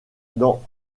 dans